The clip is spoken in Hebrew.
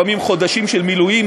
לפעמים חודשים של מילואים,